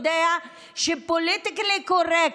יודע שהפוליטיקלי קורקט,